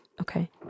Okay